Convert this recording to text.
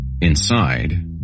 Inside